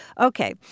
Okay